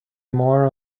more